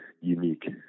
unique